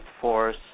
force